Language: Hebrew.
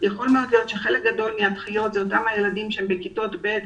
יכול להיות שחלק גדול מהדחיות הן לגבי אותם ילדים בכיתות ב'